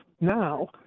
now